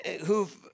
who've